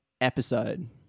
episode